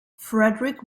frederick